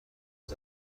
مرگ